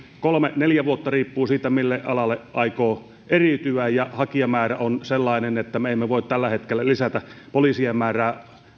kolme viiva neljä vuotta riippuu siitä mille alalle aikoo eriytyä ja hakijamäärä on sellainen että me emme voi tällä hetkellä lisätä polii sien määrää